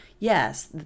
Yes